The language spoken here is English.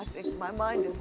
i think my mind